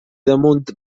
damunt